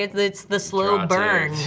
it's it's the slow burn.